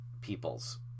peoples